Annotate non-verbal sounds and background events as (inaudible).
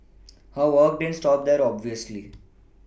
(noise) her work didn't stop there obviously